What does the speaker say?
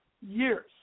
years